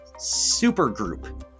Supergroup